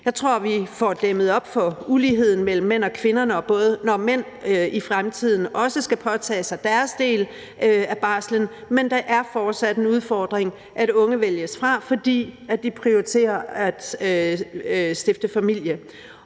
Jeg tror, at vi får dæmmet op for uligheden mellem mænd og kvinder, når mænd i fremtiden også skal påtage sig deres del af barslen. Men der er fortsat den udfordring, at unge vælges fra, fordi de prioriterer at stifte familie.